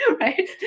right